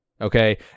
Okay